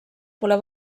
pole